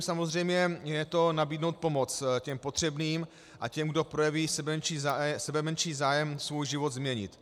Samozřejmě je to nabídnout pomoc těm potřebným a těm, kdo projeví sebemenší zájem svůj život změnit.